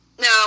No